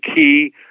key